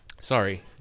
Sorry